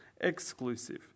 exclusive